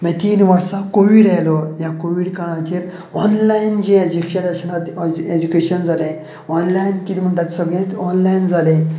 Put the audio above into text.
मागीर तीन वर्सां कोवीड आयलो ह्या कोवीड काळाचेर ऑनलायन जी एज्यूकेशन एज्यूकेशन जाले ऑनलायन किदे म्हण्टा ते सगळेंच ऑनलायन जाले